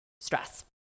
stress